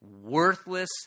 worthless